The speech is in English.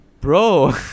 Bro